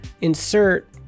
insert